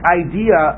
idea